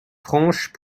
franches